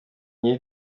nyiri